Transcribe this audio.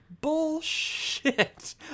Bullshit